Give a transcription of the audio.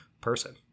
person